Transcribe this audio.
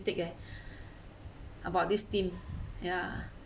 ~tic ah about this team ya